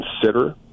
consider